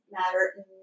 matter